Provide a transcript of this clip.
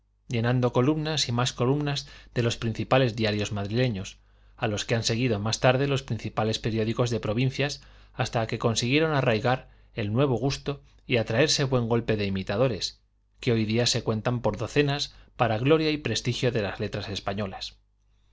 llenando columnas y mas columnas de los principales diarios madrileños él los que han seguido mas tarde los principales periódicos de provinci ás hasta que consiguieron arr aigar el nuevo gusto y atraerse buen golpe de imitadores que hoy día se cuentan por docenas para gloria y prestigio de las letras españolas